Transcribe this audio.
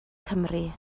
cymru